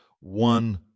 one